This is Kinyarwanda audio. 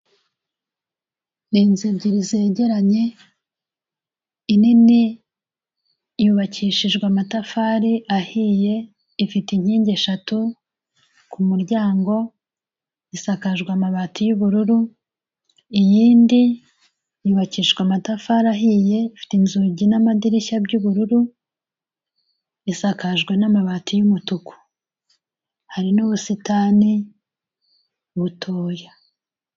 Ni inzu ebyiri zegeranye, inini yubakishijwe amatafari ahiye, ifite inkingi eshatu, ku muryango isakajwe amabati y'ubururu, iyindi yubakishwa amatafari ahiye ifite inzugi n'amadirishya by'ubururu, isakajwe n'amabati y'umutuku. Hari n'ubusitani butoya.